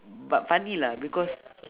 but funny lah because